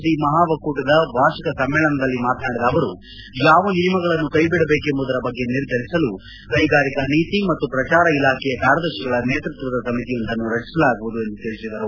D ಮಹಾಒಕ್ಕೂಟದ ವಾರ್ಷಿಕ ಸಮ್ನೇಳನದಲ್ಲಿ ಮಾತನಾಡಿದ ಅವರು ಯಾವ ನಿಯಮಗಳನ್ನು ಕೈ ಬಿಡಬೇಕೆಂಬುದರ ಬಗ್ಗೆ ನಿರ್ಧರಿಸಲು ಕ್ಲೆಗಾರಿಕಾ ನೀತಿ ಮತ್ತು ಪ್ರಚಾರ ಇಲಾಖೆಯ ಕಾರ್ಯದರ್ತಿಗಳ ನೇತೃತ್ವದ ಸಮಿತಿಯೊಂದನ್ನು ರಚಿಸಲಾಗುವುದು ಎಂದು ತಿಳಿಸಿದರು